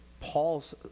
Paul's